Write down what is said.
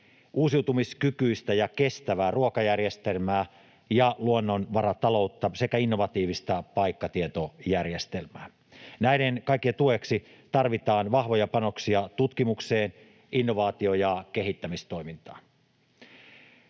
uusiutumiskykyistä ja kestävää ruokajärjestelmää ja luonnonvarataloutta sekä innovatiivista paikkatietojärjestelmää. Näiden kaikkien tueksi tarvitaan vahvoja panoksia tutkimukseen, innovaatio- ja kehittämistoimintaan.